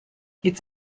its